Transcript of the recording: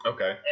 Okay